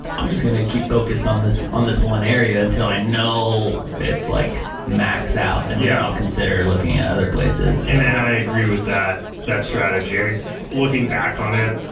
i'm just gonna keep focused on this on this one area until i know it's like maxed out, and then yeah i'll consider looking at other places. and and i agree with that that strategy. i mean looking back on it,